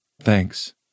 Thanks